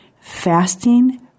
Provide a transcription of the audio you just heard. Fasting